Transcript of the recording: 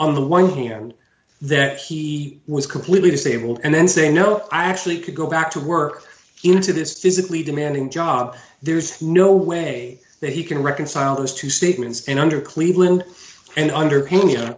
on the one hand that he was completely disabled and then say no i actually could go back to work into this physically demanding job there's no way that he can reconcile those two statements and under cleveland and under